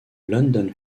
london